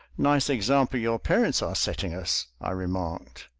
nice example your parents are setting us! i remarked.